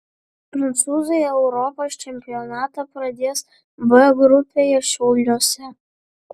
prancūzai europos čempionatą pradės b grupėje šiauliuose